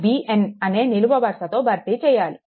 bn అనే నిలువ వరుసతో భర్తీ చేయాలి